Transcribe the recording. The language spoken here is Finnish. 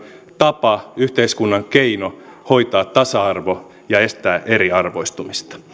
tapa yhteiskunnan keino hoitaa tasa arvo ja estää eriarvoistumista